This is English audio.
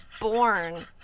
born